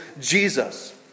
Jesus